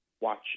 watch